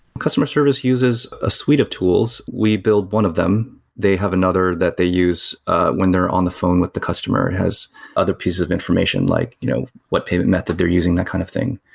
customer service uses a suite of tools. we build one of them. they have another that they use when they're on the phone with the customer. it has other pieces of information, like you know what payment method they're using, that kind of thing.